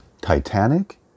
Titanic